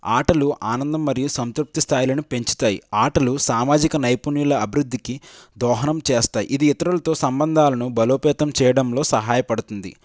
ఆటలు ఆనందం మరియు సంతృప్తి స్థాయిలను పెంచుతాయి ఆటలు సామాజిక నైపుణ్యుల అభివృద్ధికి దోహణం చేస్తాయి ఇది ఇతరులతో సంబంధాలను బలోపేతం చేయడంలో సహాయపడుతుంది